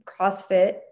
CrossFit